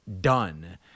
done